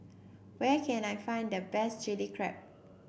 where can I find the best Chilli Crab